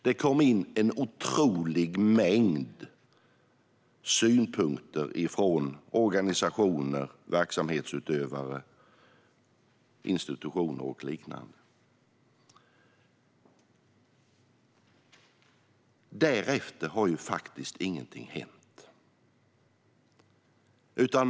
Det kom in en otrolig mängd synpunkter från organisationer, verksamhetsutövare, institutioner och liknande. Därefter har ingenting hänt.